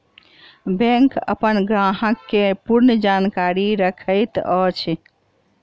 bank अपन ग्राहक के पूर्ण जानकारी रखैत अछि